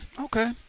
okay